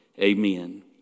Amen